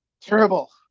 Terrible